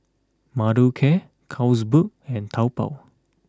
Mothercare Carlsberg and Taobao